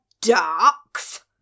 ducks